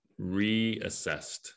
reassessed